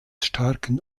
starken